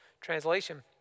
translation